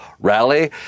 rally